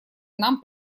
нам